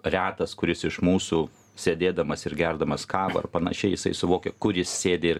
retas kuris iš mūsų sėdėdamas ir gerdamas kavą ar panašiai jisai suvokia kur jis sėdi ir